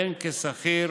בין כשכיר